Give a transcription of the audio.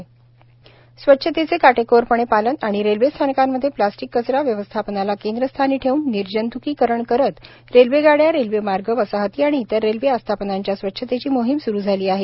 स्वच्छता पंधरवड़याचे पालन स्वच्छतेचे काटेकोरपणे पालन आणि रेल्वे स्थानकांमध्ये प्लास्टिक कचरा व्यवस्थापनाला केंद्रस्थानी ठेवून निर्जतुकीकरण करत रेल्वेगाड्या रेल्वेगार्ग वसाहती आणि इतर रेल्वे आस्थापनांच्या स्वच्छतेची मोहीम स्रू झाली आहे